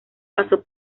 pasó